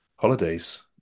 holidays